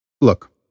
Look